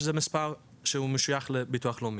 שזה מספר שהוא משוייך לביטוח לאומי.